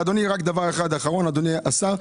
אדוני השר,